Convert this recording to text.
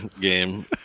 game